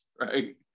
right